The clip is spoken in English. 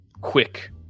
quick